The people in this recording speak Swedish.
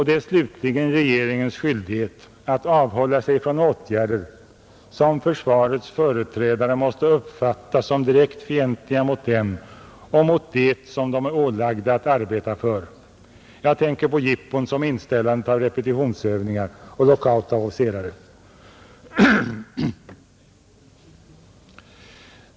Det är slutligen regeringens skyldighet att avhålla sig från åtgärder som försvarets företrädare måste uppfatta som direkt fientliga mot dem och mot det som de är ålagda att arbeta för; jag tänker på jippon som inställandet av repetitionsövningar och lockout av officerare.